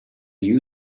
you